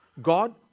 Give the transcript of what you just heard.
God